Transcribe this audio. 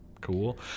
cool